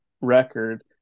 record